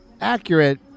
accurate